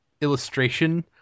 illustration